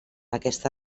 aquesta